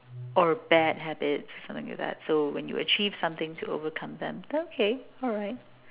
or bad habits something like that so when you achieve something to overcome that okay alright